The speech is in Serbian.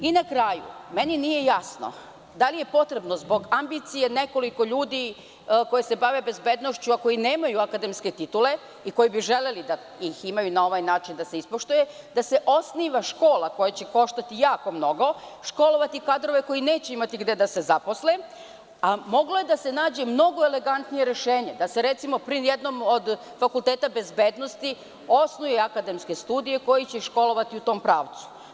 Na kraju, meni nije jasno, da li je potrebno zbog ambicije nekoliko ljudi koji se bave bezbednošću, a koji nemaju akademske titule i koji bi želeli da ih imaju da se ispoštuje, da se osniva škola koja će koštati jako mnogo, školovati kadrove koji neće imati gde da se zaposle, a moglo je da se nađe mnogo elegantnije rešenje, da se, recimo, pri jednom od fakulteta bezbednosti osnuju akademske studije koje će ih školovati u tom pravcu.